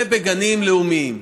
ובגנים לאומיים,